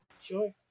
Sure